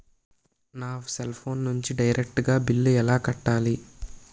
నా cell phone నుంచి direct గా బిల్లు ఎలా కట్టాలి?